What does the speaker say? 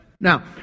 Now